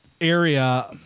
area